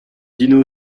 dino